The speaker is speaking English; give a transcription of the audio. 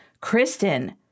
Kristen